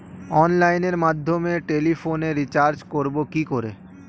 অনলাইনের মাধ্যমে টেলিফোনে রিচার্জ করব কি করে?